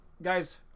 Guys